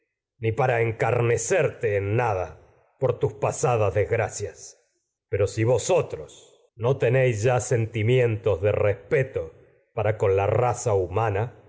ni para escarnecerte en nada tus pasadas desgracias pero no si vosotros tenéis ya sentimientos de respeto para con la raza humana